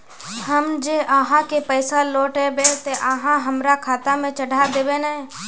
हम जे आहाँ के पैसा लौटैबे ते आहाँ हमरा खाता में चढ़ा देबे नय?